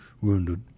wounded